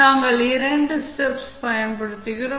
நாங்கள் இரண்டு ஸ்டெப்ஸ் பயன்படுத்துகிறோம்